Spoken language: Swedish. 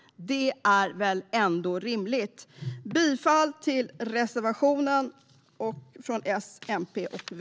Det är väl ändå rimligt. Jag yrkar bifall till reservationen från S, MP och V.